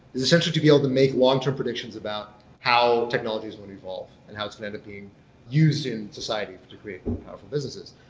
is essentially to be able to make long-term predictions about how technologies would evolve and how it's and going used in society to to create more powerful businesses.